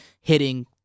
hitting